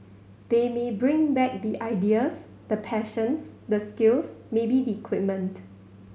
they may bring back the ideas the passions the skills maybe the equipment